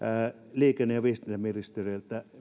liikenne ja viestintäministeriltä